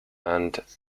and